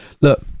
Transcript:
look